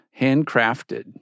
handcrafted